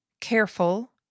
Careful